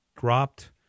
dropped